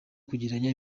kugereranya